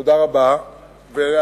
תודה רבה לכולנו.